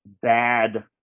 bad